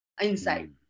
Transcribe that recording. inside